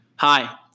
Hi